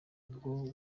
bwo